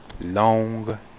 long